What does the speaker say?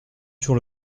sur